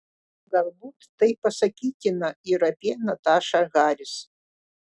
galbūt tai pasakytina ir apie natašą haris